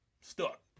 stuck